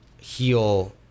heal